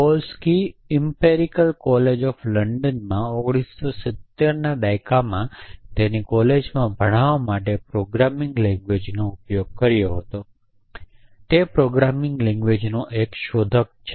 Kowalski Imperial College લંડનમાં 1970 ના દાયકામાં તેને કોલેજમાં ભણાવવા માટે પ્રોગ્રામિંગ લેંગ્વેજનો ઉપયોગ કર્યો હતો તે પ્રોગ્રામિંગ લેંગ્વેજના શોધકોમાંનો એક શોધકો હતો